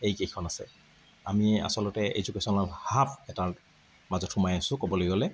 এইকেইখন আছে আমি আচলতে এডুকেশ্বনৰ হাব এটাৰ মাজত সোমাই আছোঁ ক'বলৈ গ'লে